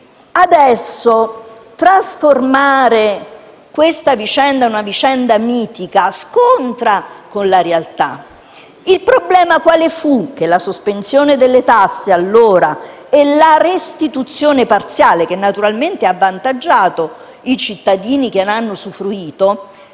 Adesso, trasformare questo evento in una vicenda mitica si scontra con la realtà. Il problema fu che la sospensione delle tasse all'epoca e la restituzione parziale, che naturalmente aveva avvantaggiato i cittadini che ne avevano usufruito,